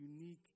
unique